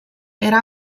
era